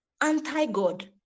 anti-god